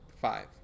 five